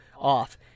off